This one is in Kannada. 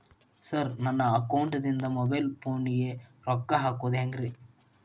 ಸರ್ ನನ್ನ ಅಕೌಂಟದಿಂದ ಮೊಬೈಲ್ ಫೋನಿಗೆ ರೊಕ್ಕ ಹಾಕೋದು ಹೆಂಗ್ರಿ?